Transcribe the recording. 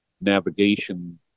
navigation